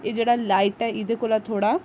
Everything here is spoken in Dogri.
एह् जेह्ड़ा लाइट ऐ एह्दे कोला थोह्ड़ा